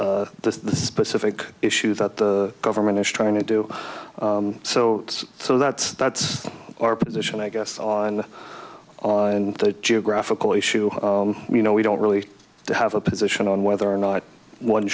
address the specific issue that the government is trying to do so so that's that's our position i guess on the geographical issue you know we don't really have a position on whether or not one